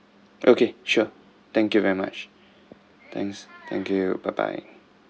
okay sure thank you very much thanks thank you bye bye